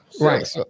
Right